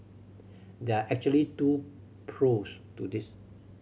there are actually two pros to this